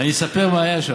אני אספר מה היה שם.